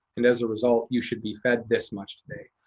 and as a result, you should be fed this much today.